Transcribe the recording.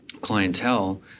clientele